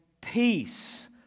peace